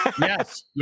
Yes